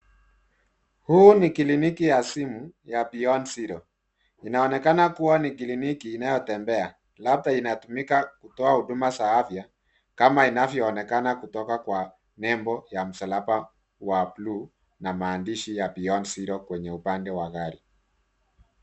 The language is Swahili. Huu ni kliniki ya simu ya Beyond Zero . Inaonekana kuwa ni kliniki inayotembea , labda inatumika kutoa huduma za afya kama inavyoonekana kutoka kwa nembo ya msalaba wa bluu na maandishi ya beyond zero kwa upande wa gari.